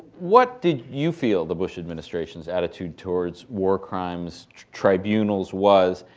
what did you feel the bush administration's attitude towards war crimes tribunals was?